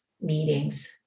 meetings